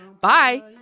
Bye